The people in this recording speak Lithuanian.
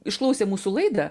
išklausė mūsų laidą